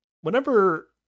Whenever